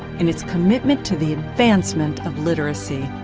in it's commitment to the advancement of literacy.